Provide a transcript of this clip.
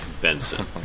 Benson